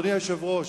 אדוני היושב-ראש,